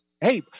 Hey